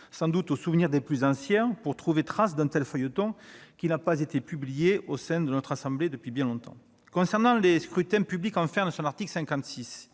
faire appel au souvenir des plus anciens pour trouver trace d'un tel « feuilleton », qui n'a pas été publié au sein de notre assemblée depuis bien longtemps. Concernant les scrutins publics enfin, en son article 56,